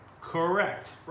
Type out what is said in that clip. Correct